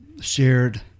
shared